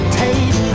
take